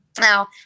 Now